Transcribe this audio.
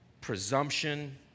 presumption